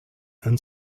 and